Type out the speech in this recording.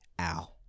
Ow